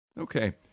Okay